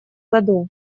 году